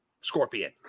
Scorpion